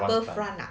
harbour front ah